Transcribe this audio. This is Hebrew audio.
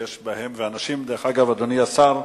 דרך אגב, אדוני השר,